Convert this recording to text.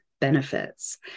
benefits